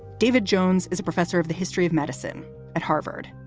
david jones is a professor of the history of medicine at harvard